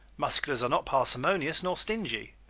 musculars are not parsimonious nor stingy.